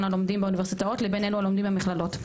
הלומדים באוניברסיטאות לבין אלו הלומדים במכללות,